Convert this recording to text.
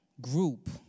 group